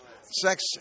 sex